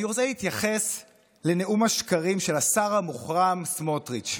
אני רוצה להתייחס לנאום השקרים של השר המוחרם סמוטריץ',